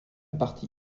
partie